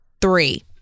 three